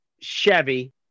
Chevy